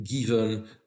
given